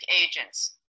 agents